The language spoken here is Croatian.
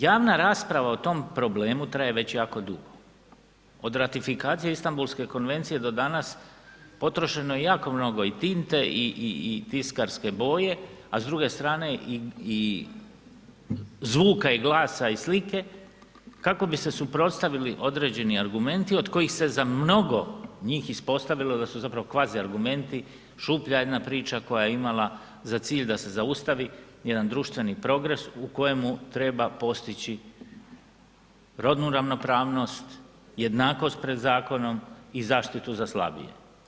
Javna rasprava o tom problemu traje već jako dugo, od ratifikacije Istambulske konvencije do danas potrošeno je jako mnogo i tinte i tiskarske boje, a s druge strane i zvuka i glasa i slike kako bi se suprotstavili određeni argumenti od kojih se za mnogo njih ispostavilo da su zapravo kvazi argumenti, šuplja jedna priča koja je imala za cilj da se zaustavi jedan društveni progres u kojemu treba postići rodnu ravnopravnost, jednakost pred zakonom i zaštitu za slabije.